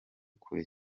kure